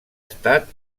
estat